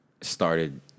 started